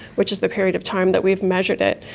which is the period of time that we've measured it.